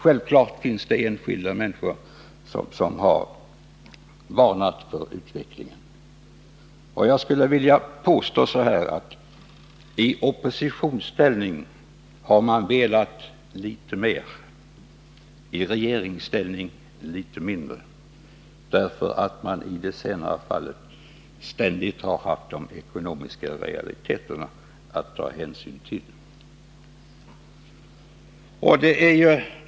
Självfallet har dock enskilda människor varnat för utvecklingen, och jag skulle vilja påstå att man i oppositionsställning har velat litet mer, i regeringsställning litet mindre. I det senare fallet har man ju ständigt haft de ekonomiska realiteterna att ta hänsyn till.